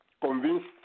convinced